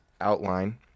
outline